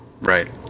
Right